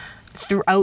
throughout